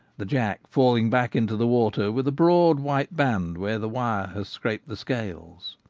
the jack falling back into the water with a broad white band where the wire has scraped the scales.